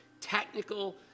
technical